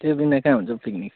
त्यो बिना कहाँ हुन्छ हौ पिकनिक